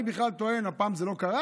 אני בכלל טוען, הפעם זה לא קרה,